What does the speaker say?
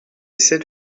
essais